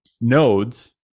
nodes